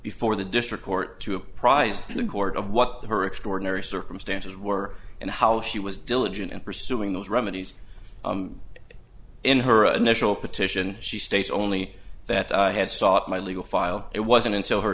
before the district court to apprise the court of what the her extraordinary circumstances were and how she was diligent in pursuing those remedies in her initial petition she states only that i had sought my legal file it wasn't until her